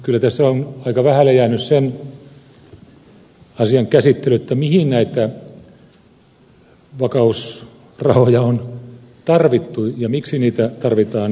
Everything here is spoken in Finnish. kyllä tässä on aika vähälle jäänyt sen asian käsittely mihin näitä vakausrahoja on tarvittu ja miksi niitä tarvitaan niin paljon